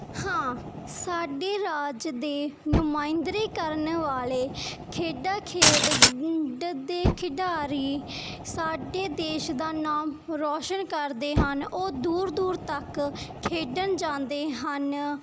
ਹਾਂ ਸਾਡੇ ਰਾਜ ਦੇ ਨੁਮਾਇੰਦਰੇ ਕਰਨ ਵਾਲੇ ਖੇਡਾਂ ਖੇਡ ਦੇ ਖਿਡਾਰੀ ਸਾਡੇ ਦੇਸ਼ ਦਾ ਨਾਮ ਰੌਸ਼ਨ ਕਰਦੇ ਹਨ ਉਹ ਦੂਰ ਦੂਰ ਤੱਕ ਖੇਡਣ ਜਾਂਦੇ ਹਨ